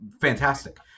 fantastic